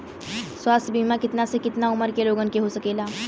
स्वास्थ्य बीमा कितना से कितना उमर के लोगन के हो सकेला?